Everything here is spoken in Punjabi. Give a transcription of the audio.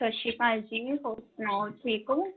ਸਤਿ ਸ਼੍ਰੀ ਅਕਾਲ ਜੀ ਹੋਰ ਸੁਣਾਓ ਠੀਕ ਹੋ